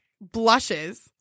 blushes